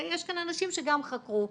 ויש כאן אנשים שגם חקרו,